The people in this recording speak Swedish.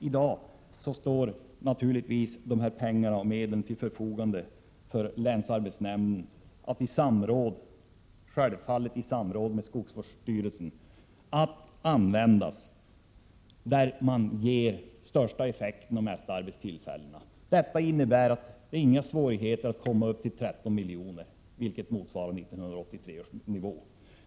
I dag står naturligtvis de anslagna medlen till förfogande för länsarbetsnämnden att, självfallet i samråd med skogsvårdsstyrelsen, användas där de ger den största effekten och de flesta arbetstillfällena. Det blir inga svårigheter att komma upp till 13 milj.kr., vilket som sagt motsvarar 1983 års anslagsnivå.